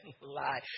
lie